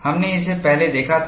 हमने इसे पहले देखा था